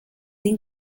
این